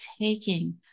taking